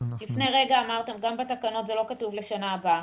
לפני רגע אמרתם גם בתקנות, זה לא כתוב לשנה הבאה.